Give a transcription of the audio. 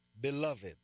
Beloved